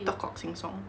talk cock sing song